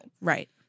Right